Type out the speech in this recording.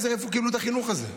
איפה קיבלו את החינוך הזה?